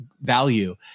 value